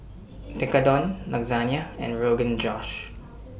Tekkadon Lasagne and Rogan Josh